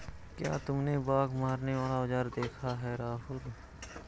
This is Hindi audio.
क्या तुमने बाघ मारने वाला औजार देखा है राहुल?